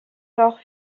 corps